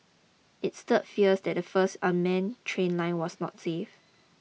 it stirred fears that the first unmanned train line was not safe